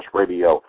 radio